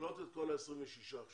קלוט את כל ה-26 עכשיו.